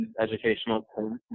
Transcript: educational